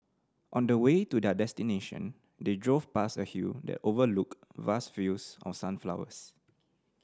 on the way to their destination they drove past a hill that overlooked vast fields of sunflowers